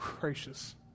gracious